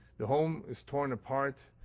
the home is torn apart,